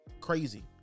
Crazy